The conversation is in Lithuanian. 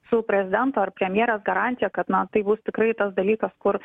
su prezidento ar premjerės garantija kad na tai bus tikrai tas dalykas kur